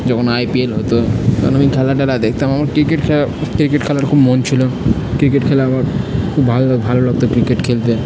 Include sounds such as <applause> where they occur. যখন I P L হতো তখন আমি খেলা টেলা দেখতাম আমার ক্রিকেট খেলা ক্রিকেট খেলার খুব মন ছিল ক্রিকেট খেলা আমার খুব ভালো <unintelligible> ভালো লাগত ক্রিকেট খেলতে